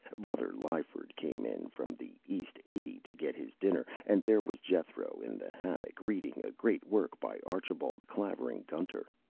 brother lyford came in from the east eighty to get his dinner, and there was jethro in the hammock reading a great work by archibald clavering gunter.